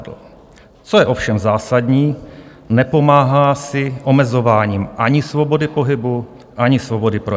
Co je ovšem zásadní, nepomáhá si omezováním ani svobody pohybu, ani svobody projevu.